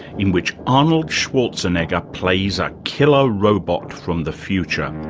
in which arnold schwarzenegger plays a killer robot from the future,